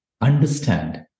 understand